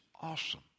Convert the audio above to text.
awesome